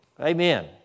Amen